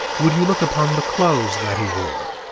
would you look upon the clothes that he wore?